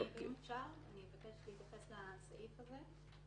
אם אפשר, אני אבקש להתייחס לסעיף הזה.